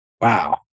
wow